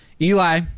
Eli